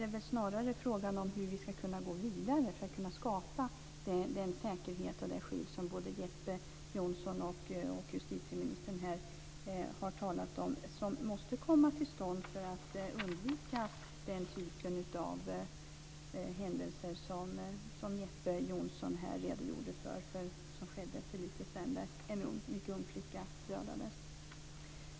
Det är snarare frågan om hur vi skall kunna gå vidare för att skapa den säkerhet och det skydd som både Jeppe Johnsson och justitieministern har talat om, som måste komma till stånd för att vi skall kunna undvika den typ av händelser som Jeppe Johnsson här redogjorde för. För en kort tid sedan dödades en mycket ung flicka.